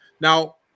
Now